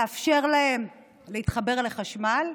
לאפשר להם להתחבר לחשמל,